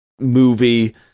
movie